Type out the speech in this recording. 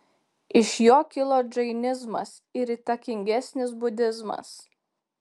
iš jo kilo džainizmas ir įtakingesnis budizmas